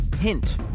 hint